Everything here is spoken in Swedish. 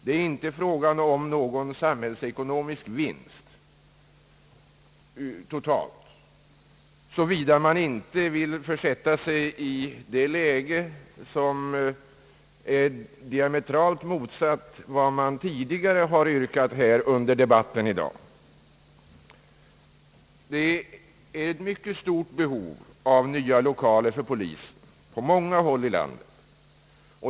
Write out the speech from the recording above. Det är inte fråga om någon samhällsekonomisk vinst, totalt sett, såvida man inte vill försätta sig i ett läge som är diametralt motsatt mot vad man tidigare har yrkat under debatten här i dag. Det är ett mycket stort behov av nya lokaler för polisen på många håll i landet.